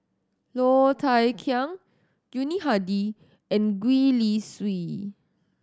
Low Thia Khiang Yuni Hadi and Gwee Li Sui